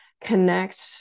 connect